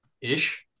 ish